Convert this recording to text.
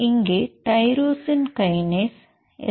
இங்கே tyrosine kinase S